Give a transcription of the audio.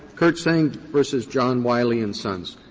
kirtsaeng v. john wiley and sons.